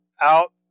out